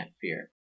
fear